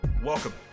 Welcome